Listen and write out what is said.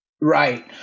Right